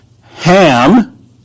Ham